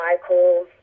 Michael